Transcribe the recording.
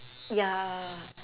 ya